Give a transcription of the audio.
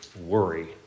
worry